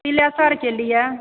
पिलेसरके लिये